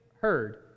heard